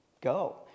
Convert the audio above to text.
go